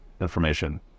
information